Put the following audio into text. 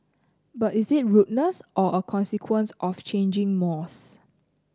but is it rudeness or a consequence of changing mores